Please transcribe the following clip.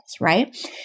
right